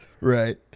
Right